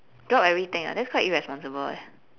drop everything ah that's quite irresponsible eh